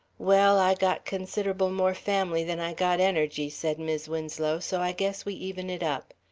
well, i got consider'ble more family than i got energy, said mis' winslow, so i guess we even it up.